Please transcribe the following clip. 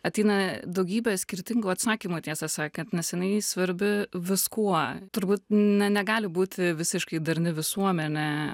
ateina daugybė skirtingų atsakymų tiesą sakant nes jinai svarbi viskuo turbūt negali būti visiškai darni visuomenė